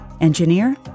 Engineer